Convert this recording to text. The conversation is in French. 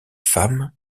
femme